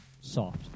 soft